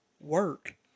work